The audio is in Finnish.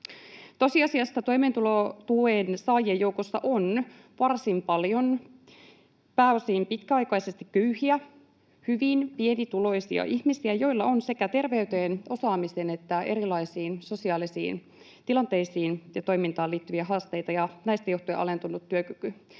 Tosiasiassa toimeentulotuen saajien joukossa on varsin paljon pääosin pitkäaikaisesti köyhiä, hyvin pienituloisia ihmisiä, joilla on sekä terveyteen, osaamiseen että erilaisiin sosiaalisiin tilanteisiin ja toimintaan liittyviä haasteita ja näistä johtuen alentunut työkyky.